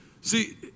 See